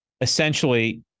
essentially